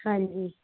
ਹਾਂਜੀ